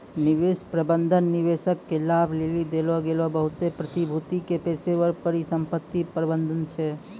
निवेश प्रबंधन निवेशक के लाभ लेली देलो गेलो बहुते प्रतिभूति के पेशेबर परिसंपत्ति प्रबंधन छै